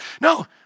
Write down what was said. No